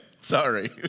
sorry